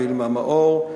וילמה מאור,